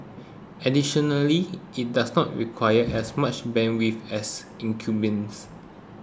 additionally it does not require as much bandwidth as incumbents